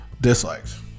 Dislikes